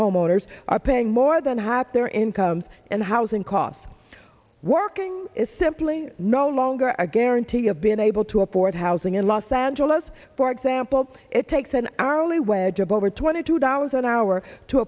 homeowners are paying more than half their incomes and housing costs working is simply no longer a guarantee of been able to afford housing in los angeles for example it takes an hourly wage of over twenty two dollars an hour to